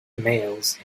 males